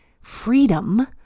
freedom